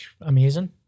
amazing